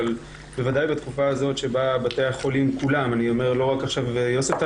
בוודאי בתקופה הזו שבה בתי החולים כולם לא רק יוספטל